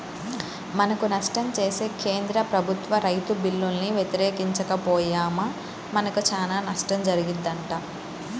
మనకు నష్టం చేసే కేంద్ర ప్రభుత్వ రైతు బిల్లుల్ని వ్యతిరేకించక పొయ్యామా మనకు చానా నష్టం జరిగిద్దంట